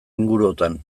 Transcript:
inguruotan